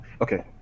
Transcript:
Okay